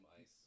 ice